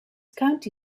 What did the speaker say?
county